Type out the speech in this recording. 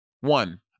One